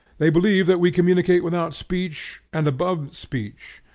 they believe that we communicate without speech and above speech,